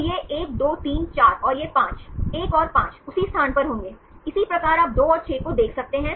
तो ये 1 2 3 4 और यह 5 1 और 5 उसी स्थान पर होंगे इसी प्रकार आप 2 और 6 को देख सकते हैं